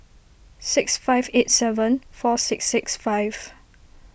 six five eight seven four six six five